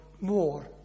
more